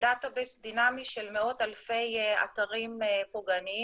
דאטה בייס דינמי של מאות אלפי אתרים פוגעניים,